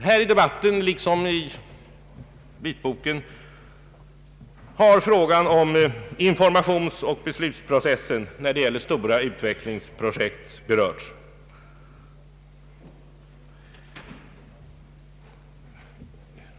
Här i debatten liksom i vitboken har frågan om informationsoch beslutsprocessen när det gäller stora utvecklingsprojekt berörts.